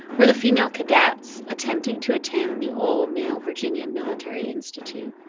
where the female cadets attempting to attend the all male virginia military institute.